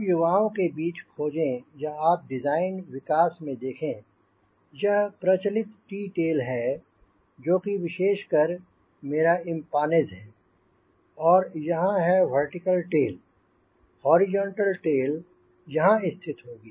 आप युवाओं के बीच खोजें या आप डिज़ाइन विकास में देखें यह प्रचलित टी टेल है जो कि विशेषकर मेरा इम्पानेज है और यहांँ है वर्टिकल टेल हॉरिजॉन्टल टेल यहांँ स्थित होगी